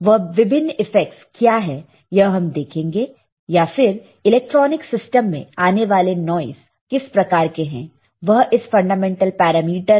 वह विभिन्न इफेक्टस क्या है यह हम देखेंगे या फिर इलेक्ट्रॉनिक सिस्टम मैं आने वाले नॉइस किस प्रकार के हैं